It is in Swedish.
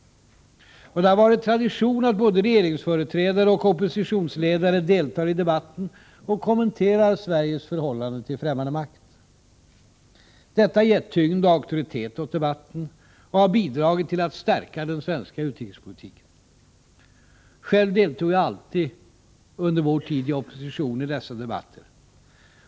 Det har varit tradition att både regeringsföreträdare och oppositionsledare deltar i debatten och kommenterar Sveriges förhållande till fträmmande makt. Detta ger tyngd och auktoritet åt debatten och har bidragit till att stärka den svenska utrikespolitiken. Själv deltog jag alltid, under vår tid i opposition, i dessa debatter.